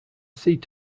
seat